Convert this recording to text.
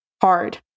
hard